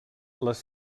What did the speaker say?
les